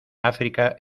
áfrica